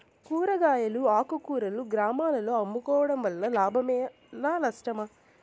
కూరగాయలు ఆకుకూరలు గ్రామాలలో అమ్ముకోవడం వలన లాభమేనా నష్టమా?